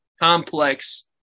complex